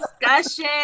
discussion